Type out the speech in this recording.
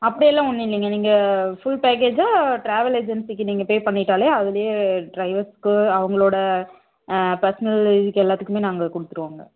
அப்படியெல்லாம் ஒன்றும் இல்லைங்க நீங்கள் ஃபுல் பேக்கேஜாக டிராவல் ஏஜென்சிக்கு நீங்கள் பே பண்ணிட்டாலே அதிலியே டிரைவர்ஸ்க்கு அவங்களோட பெர்சனல் இதுக்கு எல்லாத்துக்குமே நாங்கள் கொடுத்துருவோங்க